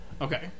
Okay